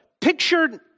picture